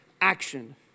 action